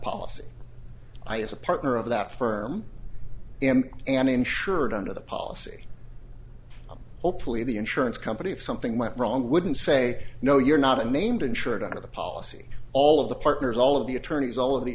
policy i as a partner of that firm am an insured under the policy hopefully the insurance company if something went wrong wouldn't say no you're not a named insured out of the policy all of the partners all of the attorneys all of the